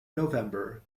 november